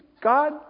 God